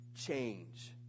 change